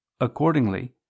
accordingly